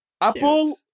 Apple